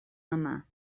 mamà